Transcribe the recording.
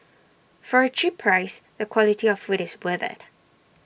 for A cheap price the quality of food is worth IT